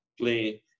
play